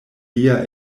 lia